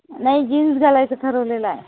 नाही जीन्स घालायचं ठरवलेलं आहे